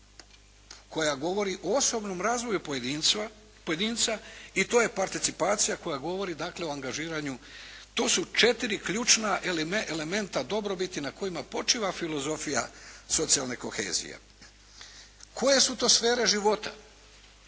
koja govori o osobnom razvoju pojedinca i to je participacija koja govori, dakle o angažiranju. To su 4 ključna elementa dobrobiti na kojima počiva filozofija socijalne kohezije. Koje su to sfere života?